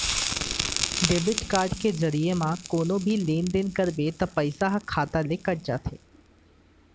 debit card के जरिये म कोनो भी लेन देन करबे त पइसा ह खाता ले कट जाथे